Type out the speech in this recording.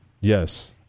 Yes